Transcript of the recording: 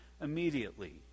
immediately